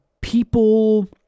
people